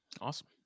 Awesome